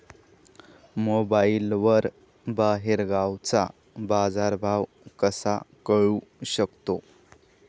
मोबाईलवर बाहेरगावचा बाजारभाव कसा कळू शकतो?